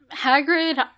Hagrid